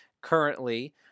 currently